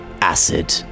acid